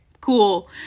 cool